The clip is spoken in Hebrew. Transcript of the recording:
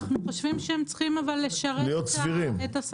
אנחנו חושבים שהם צריכים אבל לשרת את הסנקציות.